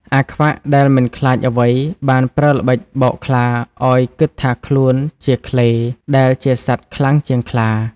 អាខ្វាក់ ដែលមិនខ្លាចអ្វីបានប្រើល្បិចបោកខ្លាឱ្យគិតថាខ្លួនជា ឃ្លេ ដែលជាសត្វខ្លាំងជាងខ្លា ។